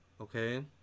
Okay